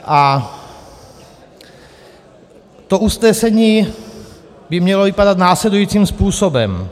A to usnesení by mělo vypadat následujícím způsobem.